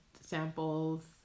samples